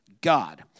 God